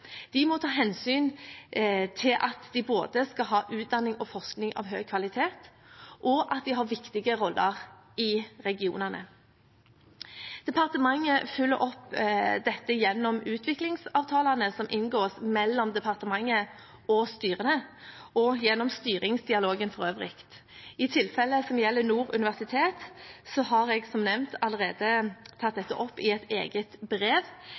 de treffer beslutninger. De må ta hensyn til både at de skal ha utdanning og forskning av høy kvalitet, og at de har viktige roller i regionene. Departementet følger opp dette gjennom utviklingsavtalene som inngås mellom departementet og styrene, og gjennom styringsdialogen for øvrig. I tilfellet som gjelder Nord universitet, har jeg, som nevnt, allerede tatt dette opp i et eget brev.